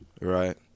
Right